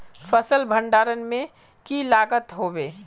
फसल भण्डारण में की लगत होबे?